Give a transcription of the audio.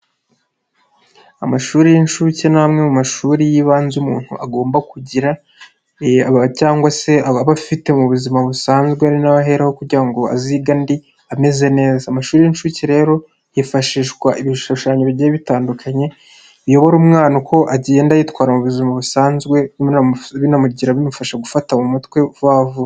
Amashuri y'incuke ni amwe mu mashuri y'ibanze umuntu agomba kugira cyangwa se abafite mu buzima busanzwe ari na ho aheraraho kugira ngo azige andi ameze neza, amashuri y'inshuke rero hifashishwa ibishushanyo bigiye bitandukanye, biyoyobora umwana uko agenda yitwara mu buzima busanzwe binamugira bimufasha gufata mu mutwe wavutse.